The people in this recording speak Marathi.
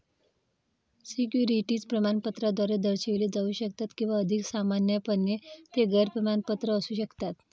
सिक्युरिटीज प्रमाणपत्राद्वारे दर्शविले जाऊ शकतात किंवा अधिक सामान्यपणे, ते गैर प्रमाणपत्र असू शकतात